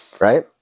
Right